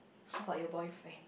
how about your boyfriend